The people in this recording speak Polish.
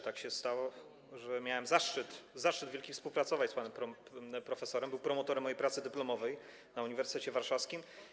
Tak się stało, że miałem wielki zaszczyt współpracować z panem profesorem, był promotorem mojej pracy dyplomowej na Uniwersytecie Warszawskim.